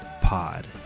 pod